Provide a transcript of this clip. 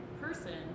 person